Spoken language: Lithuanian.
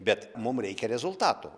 bet mum reikia rezultato